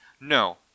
No